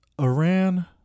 Iran